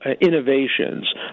innovations